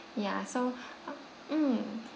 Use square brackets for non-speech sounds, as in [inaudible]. ya so [breath] mm